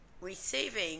receiving